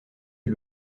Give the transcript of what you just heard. est